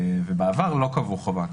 ובעבר לא קבעו חובה כזאת.